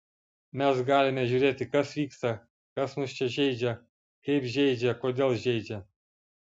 mes galime žiūrėti kas vyksta kas mus čia žeidžia kaip žeidžia kodėl žeidžia